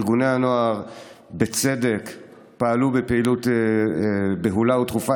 ארגוני הנוער פעלו פעילות בהולה ודחופה,